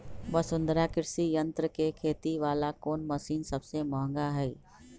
वसुंधरा कृषि यंत्र के खेती वाला कोन मशीन सबसे महंगा हई?